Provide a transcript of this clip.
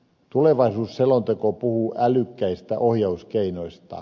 tulevaisuusselonteko puhuu älykkäistä ohjauskeinoista